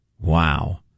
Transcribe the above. Wow